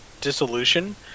dissolution